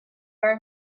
are